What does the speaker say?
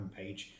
homepage